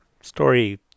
story